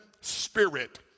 spirit